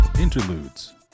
Interludes